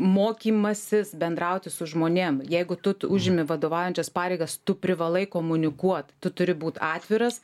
mokymasis bendrauti su žmonėm jeigu tu t užimi vadovaujančias pareigas tu privalai komunikuot tu turi būt atviras